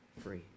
free